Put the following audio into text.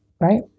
right